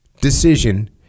decision